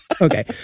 Okay